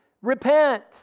repent